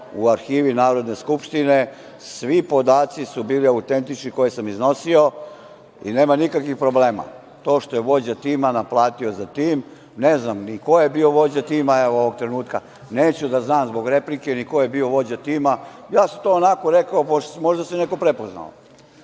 u Arhivi Narodne skupštine. Svi podaci su bili autentični koje sam iznosio i nema nikakvih problema. To što je vođa tima naplatio za tim, ne znam ni koje bio vođa tima, ovog trenutka neću ni da znam zbog replike ni ko je bio vođa tima, ja sam to onako rekao. Možda se neko prepozao,